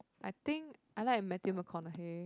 I think I like Matthew Macconaughey